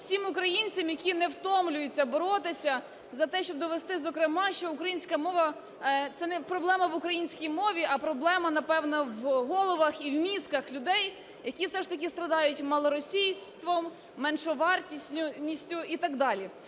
всім українцям, які не втомлюються боротися за те, щоб довести, зокрема, що українська мова... це не проблема в українській мові, а проблема, напевно, в головах і в мізках людей, які все ж таки страждають малоросійством, меншовартістю і так далі.